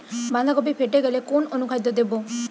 বাঁধাকপি ফেটে গেলে কোন অনুখাদ্য দেবো?